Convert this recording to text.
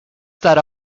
that